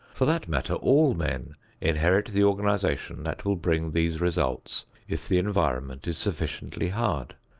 for that matter all men inherit the organization that will bring these results if the environment is sufficiently hard.